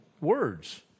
words